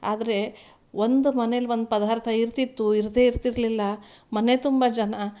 ಆದರೆ ಒಂದು ಮನೇಲಿ ಒಂದು ಪದಾರ್ಥ ಇರ್ತಿತ್ತು ಇರದೇ ಇರ್ತಿರಲಿಲ್ಲ ಮನೆ ತುಂಬ ಜನ